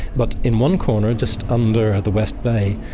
but in one corner, just under the west bay,